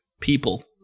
people